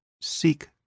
seek